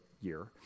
year